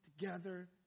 together